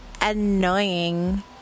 annoying